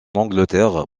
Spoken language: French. angleterre